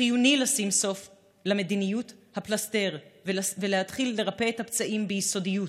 חיוני לשים סוף למדיניות הפלסטר ולהתחיל לרפא את הפצעים ביסודיות